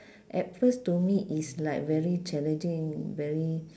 at first to me it's like very challenging very